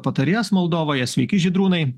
patarėjas moldovoje sveiki žydrūnai